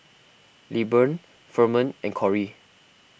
Lilburn Ferman and Cory